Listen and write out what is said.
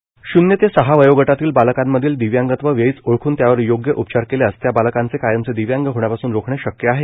धनंजय मंडे शून्य ते सहा वयोगटातील बालकांमधील दिव्यांगत्व वेळीच ओळखून त्यावर योग्य उपचार केल्यास त्या बालकास कायमचे दिव्यांग होण्यापासून रोखणे शक्य आहे